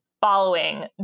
following